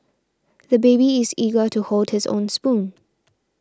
the baby is eager to hold his own spoon